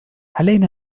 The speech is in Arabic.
علينا